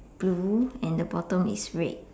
blue and the bottom is red